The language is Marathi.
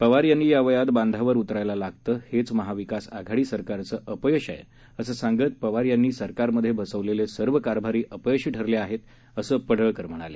पवार यांना या वयात बांधावर उतरायला लागत हेच महाविकासआघाडी सरकारचं अपयश आहे असं सांगत पवार यांनी सरकारमधे बसवलेले सर्व कारभारी अपयशी ठरले आहेत असं पडळकर म्हणाले